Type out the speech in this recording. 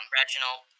Reginald